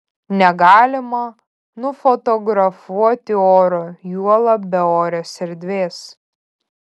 negalima nufotografuoti oro juolab beorės erdvės